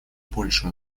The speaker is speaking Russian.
больше